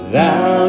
Thou